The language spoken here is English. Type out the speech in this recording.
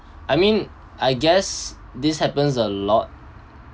I mean I guess this happens a lot